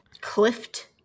Clift